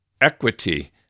equity